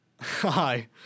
hi